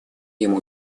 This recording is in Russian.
ему